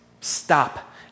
stop